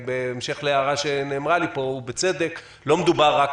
בהמשך להערה שנאמרה לי פה ובצדק לא מדובר רק